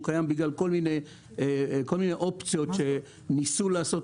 הוא קיים בגלל כל מיני אופציות שניסו לעשות,